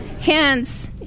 hence